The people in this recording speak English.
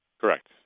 Correct